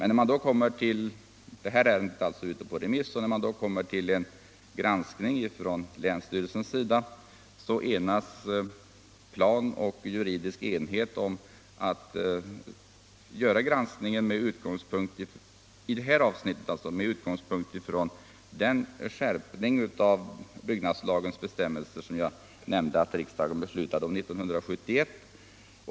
När planen skulle granskas av länsstyrelsen enades planenheten och den juridiska enheten om att göra granskningen i det här avsnittet med utgångspunkt från den skärpning av byggnadslagens bestämmelser som jag nämnde att riksdagen fattade beslut om 1971.